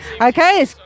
Okay